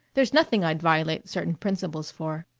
there's nothing i'd violate certain principles for.